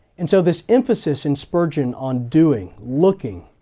and so this emphasis in spurgeon on doing, looking,